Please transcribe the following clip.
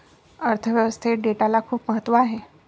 अर्थ व्यवस्थेत डेटाला खूप महत्त्व आहे